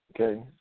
Okay